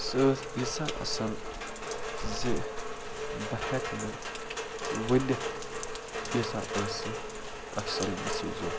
سُہ ٲس ییٖژاہ اَصٕل زِ بہٕ ہٮ۪کہٕ نہٕ ؤنِتھ ییٖژاہ ٲس سۄ اَصٕل ڈِسیٖجَن